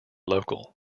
local